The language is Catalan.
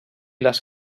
les